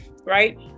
right